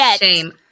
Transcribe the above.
Shame